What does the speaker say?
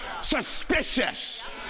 suspicious